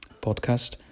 podcast